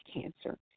cancer